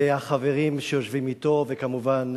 והחברים שיושבים אתו, וכמובן,